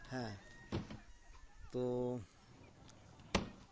ᱦᱮᱸ ᱛᱳ